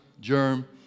germ